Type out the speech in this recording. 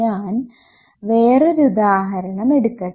ഞാൻ വേറൊരു ഉദാഹരണം എടുക്കട്ടെ